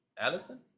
Allison